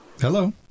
Hello